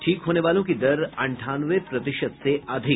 ठीक होने वालों की दर अंठानवे प्रतिशत से अधिक